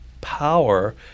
power